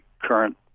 current